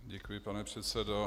Děkuji, pane předsedo.